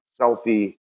selfie